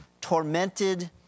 tormented